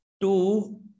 Two